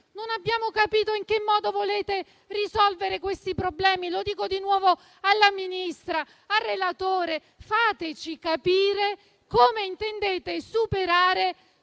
Non abbiamo capito in che modo volete risolvere questi problemi. Lo dico di nuovo alla Ministra e al relatore: fateci capire come intendete superare